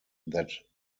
that